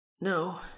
No